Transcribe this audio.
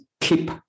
keep